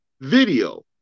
video